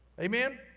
Amen